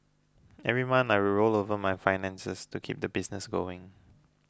every month I would roll over my finances to keep the business going